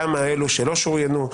גם אלה שלא שוריינו,